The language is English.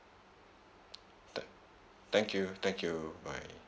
thank thank you thank you bye